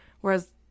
whereas